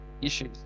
issues